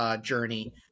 journey